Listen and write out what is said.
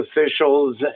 officials